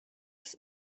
ist